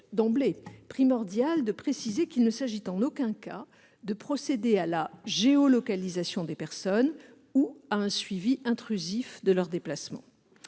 d'emblée primordial de préciser qu'il ne s'agit en aucun cas de procéder à la géolocalisation des personnes ou à un suivi intrusif de leurs déplacements.